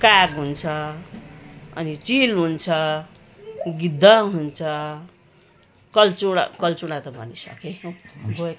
काग हुन्छ अनि चिल हुन्छ गिद्ध हुन्छ कल्चुडा कल्चुडा त भनिसकेँ हौ गएँ